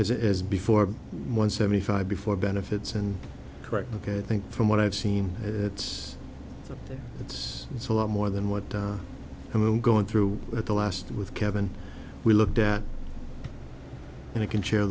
as before one seventy five before benefits and correct ok i think from what i've seen it's it's it's a lot more than what i'm going through at the last with kevin we looked at and i can share